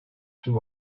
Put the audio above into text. tüm